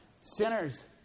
Sinners